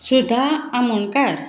Sudha Amonkar